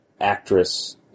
actress